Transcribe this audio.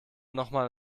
nochmal